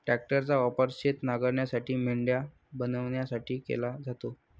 ट्रॅक्टरचा वापर शेत नांगरण्यासाठी, मेंढ्या बनवण्यासाठी केला जातो